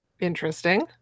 Interesting